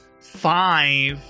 five